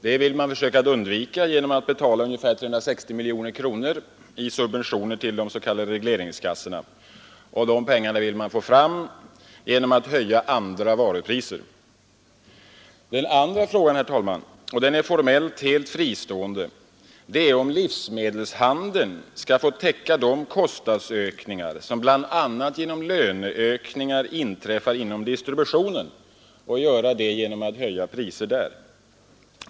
Det vill man försöka undvika genom att betala ungefär 360 miljoner kronor i subventioner till de s.k. regleringskassorna, och de pengarna vill man få fram genom att höja andra varupriser. Den andra frågan — och den är formellt helt fristående — är om livsmedelshandeln skall få täcka de kostnadsökningar som inträffar bl.a. på grund av lönehöjningar inom distributionen och göra det genom att höja priser där.